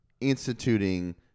instituting